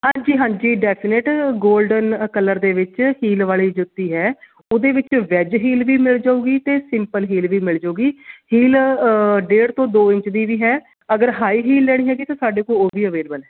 ਹਾਂਜੀ ਹਾਂਜੀ definite golden colour ਦੇ ਵਿੱਚ ਹੀਲ ਵਾਲੀ ਜੁੱਤੀ ਹੈ ਉਹਦੇ ਵਿੱਚ ਵੈਜ ਹੀਲ ਵੀ ਮਿਲ ਜਾਵੇਗੀ ਅਤੇ ਸਿੰਪਲ ਹੀਲ ਵੀ ਮਿਲ ਜਾਊਗੀ ਹੀਲ ਡੇਢ ਤੋਂ ਦੋ ਇੰਚ ਦੀ ਵੀ ਹੈ ਅਗਰ ਹਾਈ ਹੀਲ ਲੈਣੀ ਹੈਗੀ ਤਾਂ ਸਾਡੇ ਕੋਲ ਉਹ ਵੀ ਅਵੇਲੇਬਲ ਹੈ